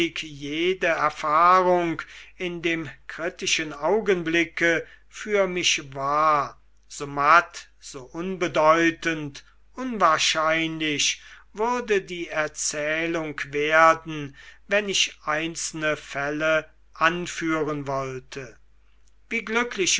jede erfahrung in dem kritischen augenblicke für mich war so matt so unbedeutend unwahrscheinlich würde die erzählung werden wenn ich einzelne fälle anführen wollte wie glücklich